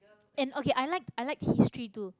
and okay i like i like history too